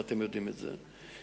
ואתם יודעים את זה,